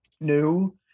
new